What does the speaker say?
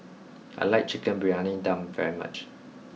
I like Chicken Briyani Dum very much